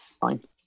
fine